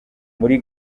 muri